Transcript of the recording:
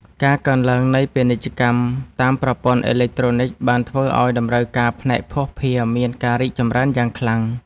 ការកើនឡើងនៃពាណិជ្ជកម្មតាមប្រព័ន្ធអេឡិចត្រូនិកបានធ្វើឱ្យតម្រូវការផ្នែកភស្តុភារមានការរីកចម្រើនយ៉ាងខ្លាំង។